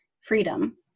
freedom